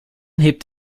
hebt